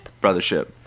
Brothership